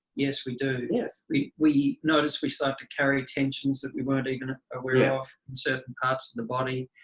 yes we do. yes. we we notice we start to carry tensions that we weren't even aware yeah of in certain parts of the body.